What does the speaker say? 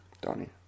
Donnie